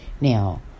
now